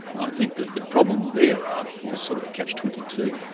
i think that the problems there are sort of a catch twenty two.